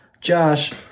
Josh